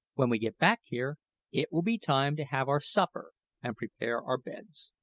when we get back here it will be time to have our supper and prepare our beds.